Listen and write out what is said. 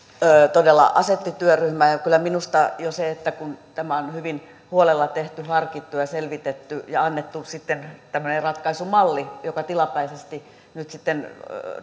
todella asetti työryhmän ja näkisin kyllä jo siksi kun tämä on hyvin huolella tehty harkittu ja selvitetty ja annettu sitten tämmöinen ratkaisumalli joka tilapäisesti nyt sitten